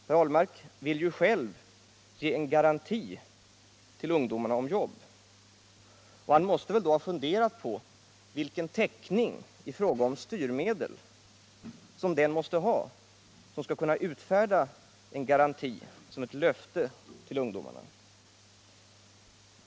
Per Ahlmark vill ju själv ge ungdomarna en garanti när det gäller arbete. Då måste han väl ha funderat på vilken täckning i fråga om styrmedel som den måste ha som skall utfärda en garanti åt ungdomarna.